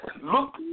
Look